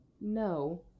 no